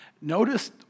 notice